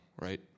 right